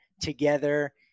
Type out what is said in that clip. together